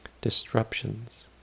Disruptions